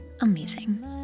amazing